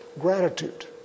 gratitude